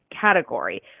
category